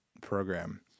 program